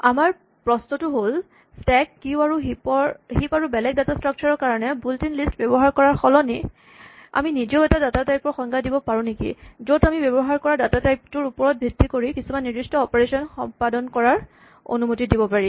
আমাৰ প্ৰশ্নটো হ'ল স্টেক কিউ আৰু হিপ আৰু বেলেগ ডাটা স্ট্ৰাক্সাৰ ৰ কাৰণে বুইল্ট ইন লিষ্ট ব্যৱহাৰ কৰাৰ সলনি আমি নিজেও এটা ডাটা টাইপ ৰ সংজ্ঞা দিব পাৰোঁ নেকি য'ত আমি ব্যৱহাৰ কৰা ডাটা টাইপ টোৰ ওপৰত ভিত্তি কৰি কিছুমান নিৰ্দিষ্ট অপাৰেচন সম্পাদন কৰাৰ অনুমতি দিব পাৰি